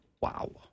Wow